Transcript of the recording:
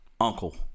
uncle